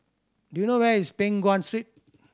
do you know where is Peng Nguan Street